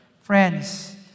Friends